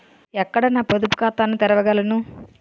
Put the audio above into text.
ఎక్కడ నా పొదుపు ఖాతాను తెరవగలను?